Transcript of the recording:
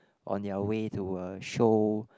on their way to uh show